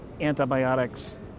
antibiotics